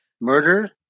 murder